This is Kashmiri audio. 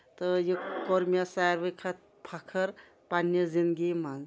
تہٕ یہِ کور مےٚ ساروٕے کھۄتہٕ فَخر پَنٕنہِ زنٛدگی منٛز